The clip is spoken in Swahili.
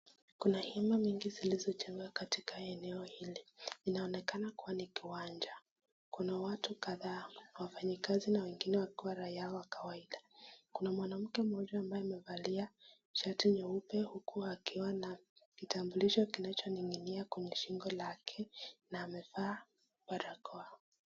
Kuna hema nyingi zilizojengwa katika eneo hili, inaonekana kuwa ni kiwanja. Kuna watu kadhaa, wafanyikazi na wengine wakiwa raia wa kawaida. Kuna mwanamke mmoja ambaye amevalia shati nyeupe huku akiwa na kitambulisho kinachoning'inia kwenye shingo lake na amevaa barako.